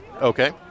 Okay